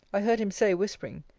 i heard him say, whispering,